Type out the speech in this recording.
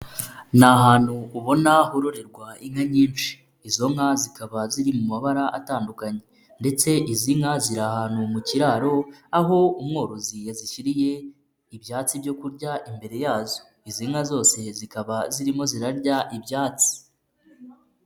Ni ahantu ubona hororerwa inka nyinshi, izo nka zikaba ziri mu mabara atandukanye ndetse izi nka ziri ahantu mu kiraro aho umworozi yazishyiriye ibyatsi byo kurya imbere yazo, izi nka zose zikaba zirimo zirarya ibyatsi.